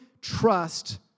trust